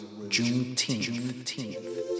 Juneteenth